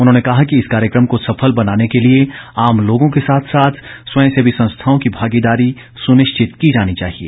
उन्होंने कहा कि इस कार्यक्रम को सफल बनाने के लिए आम लोगों के साथ साथ स्वयंसेवी संस्थाओं की भागीदारी सुनिश्चित की जानी चाहिए